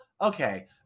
okay